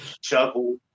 Chuckle